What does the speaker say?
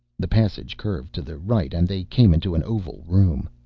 the passage curved to the right and they came into an oval room.